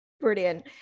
Brilliant